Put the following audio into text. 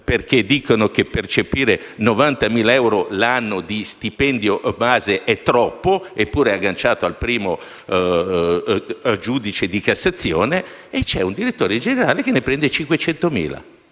perché dicono che percepire 90.000 euro l'anno di stipendio base è troppo, anche se è agganciato al reddito di un primo giudice di Cassazione e c'è un direttore generale che prende 500.000